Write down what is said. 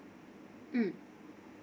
mm